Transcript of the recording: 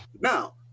now